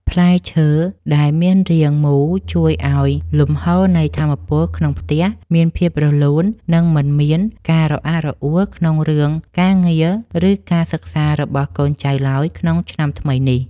ផ្លែឈើដែលមានរាងមូលជួយឱ្យលំហូរនៃថាមពលក្នុងផ្ទះមានភាពរលូន និង មិនមានការរអាក់រអួលក្នុងរឿងការងារឬការសិក្សារបស់កូនចៅឡើយក្នុងឆ្នាំថ្មីនេះ។